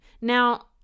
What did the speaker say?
Now